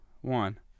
one